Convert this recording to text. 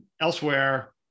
elsewhere